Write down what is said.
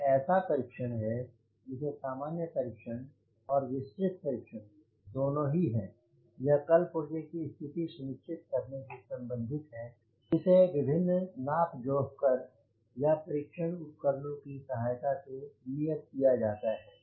यह ऐसा परीक्षण है जिसमे सामान्य परीक्षण और विस्तृत परीक्षण दोनों ही हैं यह कलपुर्जे की स्थिति सुनिश्चित करने से संबंधित है जिसे विभिन्न नाप जोख कर या परीक्षण उपकरणों की सहायता से नियत किया जाता है